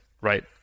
right